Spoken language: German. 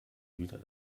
wieder